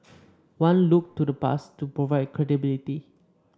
one looked to the past to provide credibility